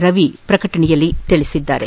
ರವಿ ಪ್ರಕಟಣೆಯಲ್ಲಿ ತಿಳಿಸಿದ್ದಾರೆ